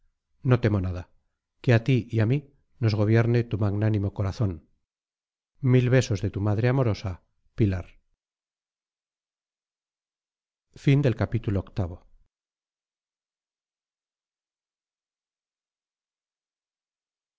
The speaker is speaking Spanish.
no temo nada que a ti y a mí nos gobierne tu magnánimo corazón mil besos de tu madre amorosa pilar